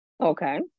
Okay